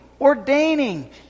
ordaining